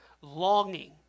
longing